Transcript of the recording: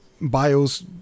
BIOS